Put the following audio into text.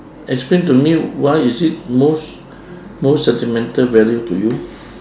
explain to me why is it most most sentimental value to you